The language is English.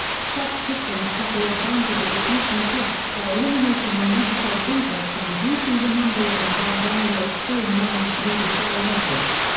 such systems have the advantage of reducing costs by eliminating unnecessary printouts and reducing the number of inbound analog phone lines needed by an office.